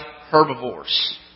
herbivores